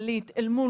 לא.